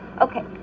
Okay